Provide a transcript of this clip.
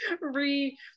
re